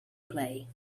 play